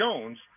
Jones